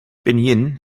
pinyin